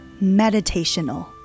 meditational